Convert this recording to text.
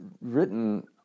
written